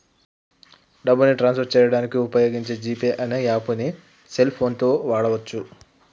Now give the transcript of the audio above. డబ్బుని transfer చేయడానికి వుపయోగించే జీ పే అనే యాప్పుని సెల్ ఫోన్ తో వాడచ్చు